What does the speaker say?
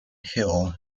hill